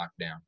lockdown